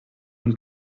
con